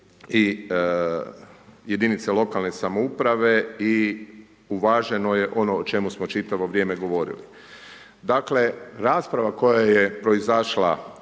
i jedinice lokalna samouprave i uvaženo je ono o čemu smo čitavo vrijeme govorili. Dakle, rasprava koja je proizašla